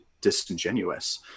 disingenuous